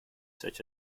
such